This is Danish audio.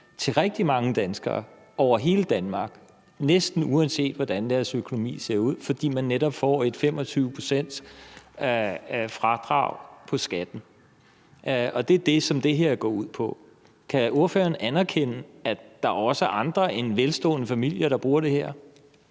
til rigtig mange danskere over hele Danmark, næsten uanset hvordan deres økonomi ser ud, fordi man netop får et 25-procentsfradrag på skatten, og det er det, som det her går ud på. Kan ordføreren anerkende, at der også er andre end velstående familier, der bruger det her?